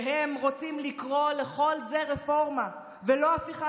והם רוצים לקרוא לכל זה רפורמה ולא הפיכה